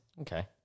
Okay